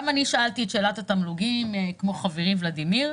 גם אני שאלתי את שאלת התמלוגים כמו חברי ולדימיר.